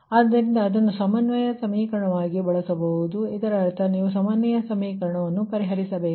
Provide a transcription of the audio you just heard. ಆದ್ದರಿಂದ ಅದನ್ನು ಸಮನ್ವಯ ಸಮೀಕರಣವಾಗಿ ಬಳಸಬಹುದು ಇದರರ್ಥ ನೀವು ಸಮನ್ವಯ ಸಮೀಕರಣವನ್ನು ಪರಿಹರಿಸಬೇಕಾಗಿದೆ